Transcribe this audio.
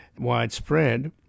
widespread